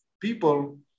people